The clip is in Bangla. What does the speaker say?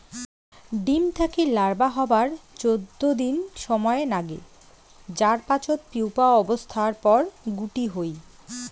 ডিম থাকি লার্ভা হবার চৌদ্দ দিন সমায় নাগে যার পাচত পিউপা অবস্থার পর গুটি হই